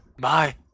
Bye